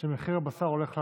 שמחיר הבשר הולך לעלות.